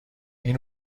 این